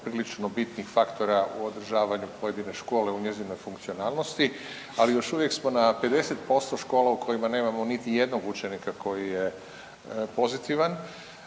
prilično bitnih faktora u održavanju pojedine škole u njezinoj funkcionalnosti. Ali još uvijek smo na 50% škola u kojima nemamo niti jednog učenika koji je pozitivan.